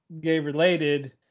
gay-related